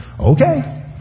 okay